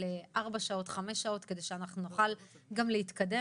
ארבע וחמש שעות כדי שנוכל גם להתקיים.